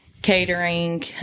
catering